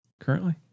currently